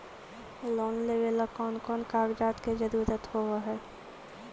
Loan लेबे ला कौन कौन कागजात के जरुरत होबे है?